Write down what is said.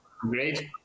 Great